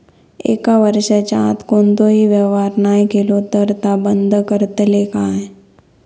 एक वर्षाच्या आत कोणतोही व्यवहार नाय केलो तर ता बंद करतले काय?